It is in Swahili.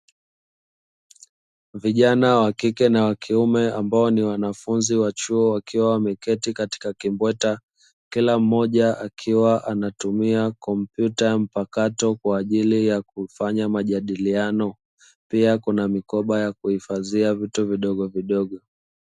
Vijana wa kike na wa kiume ambao ni wanafunzi wa chuo wakiwa wameketi katika kimbweta, kila mmoja akiwa anatumia kompyuta mpakato kwa ajili ya kufanya majadiliano; pia kuna mikoba ya kuhifadhia vitu vidogovidogo.